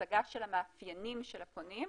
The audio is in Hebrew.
הצגה של המאפיינים של הפונים,